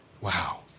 Wow